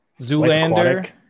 zoolander